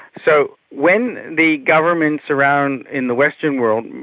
so when the governments around in the western world,